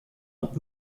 und